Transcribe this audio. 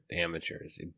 amateurs